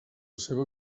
seva